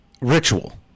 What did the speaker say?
Ritual